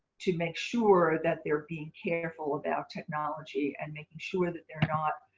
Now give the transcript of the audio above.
to make sure that they're being careful about technology and making sure that they're not